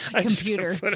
computer